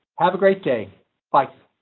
have a great day fight